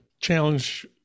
challenge